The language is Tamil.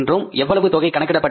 எவ்வளவு தொகை கணக்கிடப்பட்டுள்ளது